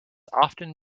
often